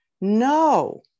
no